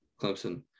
Clemson